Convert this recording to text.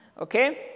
okay